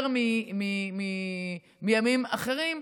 יותר מימים אחרים,